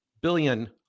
billion